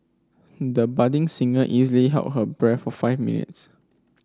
the budding singer easily held her breath for five minutes